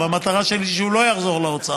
והמטרה שלי היא שהוא לא יחזור לאוצר.